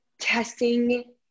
testing